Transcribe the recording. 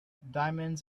diamonds